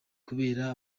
kubera